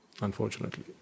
unfortunately